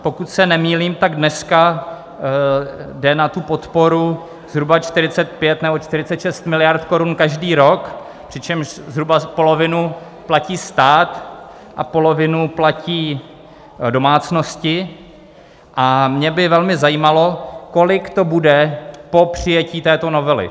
Pokud se nemýlím, tak dneska jde na tu podporu zhruba 45 nebo 46 miliard korun každý rok, přičemž zhruba polovinu platí stát a polovinu platí domácnosti, a mě by velmi zajímalo, kolik to bude po přijetí této novely.